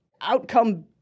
outcome